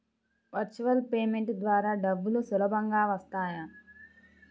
Virtual payment ద్వారా డబ్బులు సులభంగా వస్తాయా?